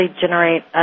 generate